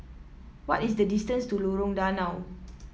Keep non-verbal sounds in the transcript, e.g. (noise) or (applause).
what is the distance to Lorong Danau (noise)